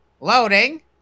Loading